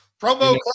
promo